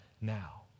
now